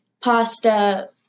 pasta